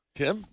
tim